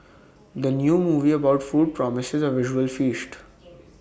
the new movie about food promises A visual feast